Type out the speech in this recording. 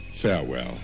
Farewell